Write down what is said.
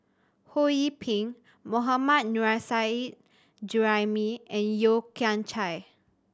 Ho Yee Ping Mohammad Nurrasyid Juraimi and Yeo Kian Chai